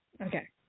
Okay